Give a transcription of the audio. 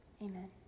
Amen